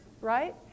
Right